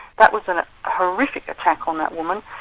that was an horrific attack on that woman,